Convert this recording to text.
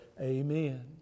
Amen